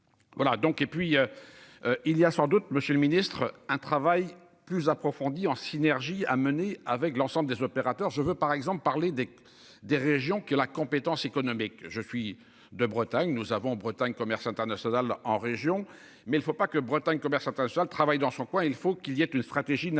Voilà donc et puis. Il y a sans doute Monsieur le Ministre, un travail plus approfondi en synergie à mener avec l'ensemble des opérateurs je veux par exemple parler des des régions que la compétence économique. Je suis de Bretagne, nous avons en Bretagne commerce international en région. Mais il ne faut pas que Bretagne commerce international travaille dans son coin, il faut qu'il y ait une stratégie nationale